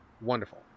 Wonderful